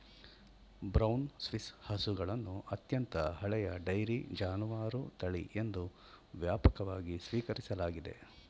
brown Swiss ಹಸುಗಳನ್ನು ಅತ್ಯಂತ ಹಳೆಯ ಡೈರಿ ಜಾನುವಾರು ತಳಿ ಎಂದು ವ್ಯಾಪಕವಾಗಿ ಸ್ವೀಕರಿಸಲಾಗಿದೆ